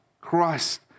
Christ